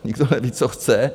Nikdo neví, co chce!